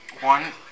One